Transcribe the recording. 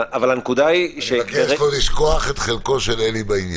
אני חייב לומר משפט על קנדה,